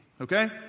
Okay